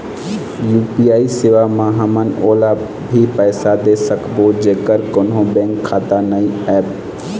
UPI सेवा म हमन ओला भी पैसा दे सकबो जेकर कोन्हो बैंक खाता नई ऐप?